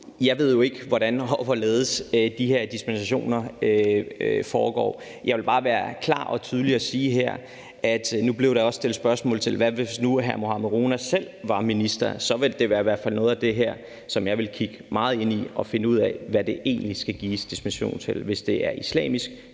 Jeg ved jo ikke, hvordan og hvorledes de her dispensationer foregår. Jeg vil bare være klar og tydelig omkring her. Der blev også stillet spørgsmål til det, i forhold til hvis nu hr. Mohammad Rona selv var minister; så ville det i hvert fald være noget af det, som jeg ville kigge meget ind i for at finde ud af, hvad der egentlig gives dispensation til. Hvis det er islamisk